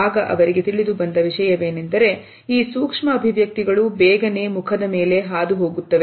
ಆಗ ಅವರಿಗೆ ತಿಳಿದುಬಂದ ವಿಷಯವೇನೆಂದರೆ ಈ ಸೂಕ್ಷ್ಮ ಅಭಿವ್ಯಕ್ತಿಗಳು ಬೇಗನೆ ಮುಖದ ಮೇಲೆ ಹಾದು ಹೋಗುತ್ತವೆ